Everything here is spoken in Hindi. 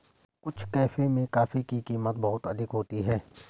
कुछ कैफे में कॉफी की कीमत बहुत अधिक होती है